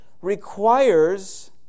requires